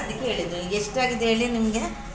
ಅದಕ್ಕೆ ಹೇಳಿದ್ದು ಈಗ ಎಷ್ಟಾಗಿದೆ ಹೇಳಿ ನಿಮಗೆ